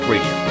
Radio